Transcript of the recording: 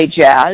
jazz